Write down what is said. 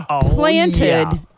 planted